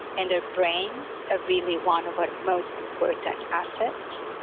and our brains are really one of our most important assets.